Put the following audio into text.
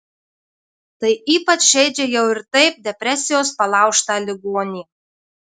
tai ypač žeidžia jau ir taip depresijos palaužtą ligonį